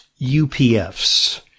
UPFs